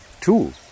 two